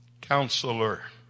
Counselor